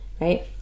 Right